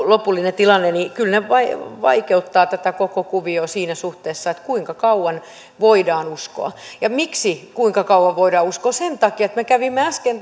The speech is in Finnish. lopullinen tilanne kyllä vaikeuttavat tätä koko kuviota siinä suhteessa kuinka kauan voidaan uskoa ja miksi kysyn kuinka kauan voidaan uskoa sen takia että me kävimme äsken